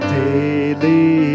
daily